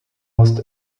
lost